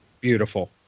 beautiful